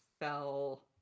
fell